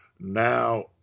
Now